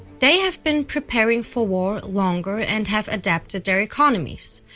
they have been preparing for war longer and have adapted their economies.